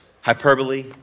hyperbole